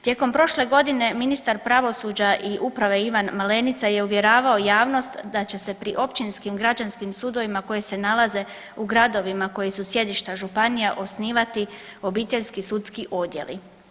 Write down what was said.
Tijekom prošle godine ministar pravosuđa i uprave Ivan Malenica je uvjeravao javnost da će se pri općinskim građanskim sudovima koji se nalaze u gradovima koji su sjedišta županija osnivati obiteljski sudski odjeli.